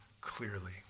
clearly